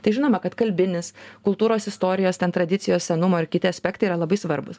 tai žinoma kad kalbinis kultūros istorijos ten tradicijos senumo ir kiti aspektai yra labai svarbūs